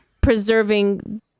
preserving